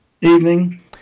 Evening